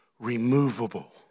removable